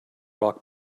rock